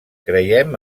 creiem